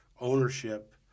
ownership